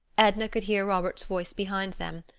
edna could hear robert's voice behind them,